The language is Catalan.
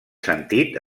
sentit